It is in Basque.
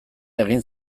egin